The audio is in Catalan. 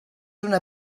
una